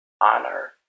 honor